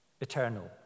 Eternal